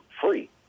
free